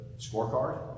scorecard